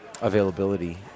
availability